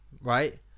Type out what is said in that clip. right